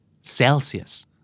Celsius